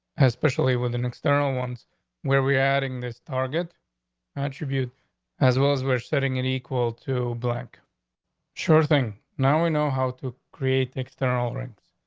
especially with an external ones where we adding this target contribute as well as we're setting an equal to black sure thing. now we know how to create external right.